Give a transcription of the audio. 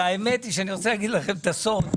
והאמת היא שאני רוצה להגיד לכם את הסוד.